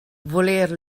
voler